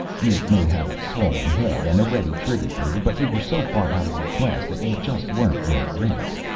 you may have a swollen head and a ready trigger-finger, but you were so far out of your class that you just weren't in the race.